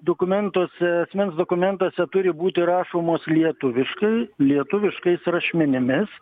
dokumentuose asmens dokumentuose turi būti rašomos lietuviškai lietuviškais rašmenimis